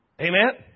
Amen